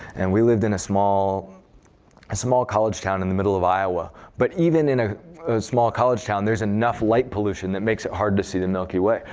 and we lived in a small a small college town in the middle of iowa. but even in a small college town, there's enough light pollution that makes it hard to see the milky way.